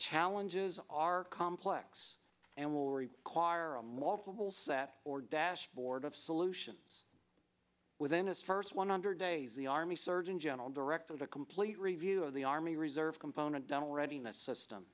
challenges are complex and will require a multiple set or dashboard of solutions within his first one hundred days the army surgeon general directed a complete review of the army reserve component dental readiness system